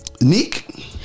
Nick